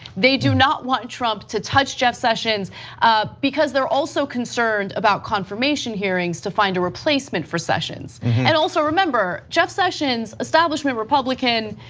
they do not want trump to touch jeff sessions ah because they are also concerned about confirmation hearings to find a replacement for sessions and also, remember, jeff sessions, establishment republican,